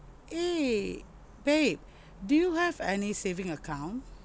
eh babe do you have any saving account